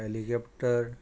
helicopter